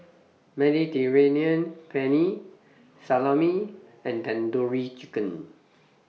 Mediterranean Penne Salami and Tandoori Chicken